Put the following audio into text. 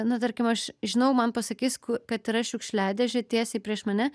nu tarkim aš žinau man pasakys kad yra šiukšliadėžė tiesiai prieš mane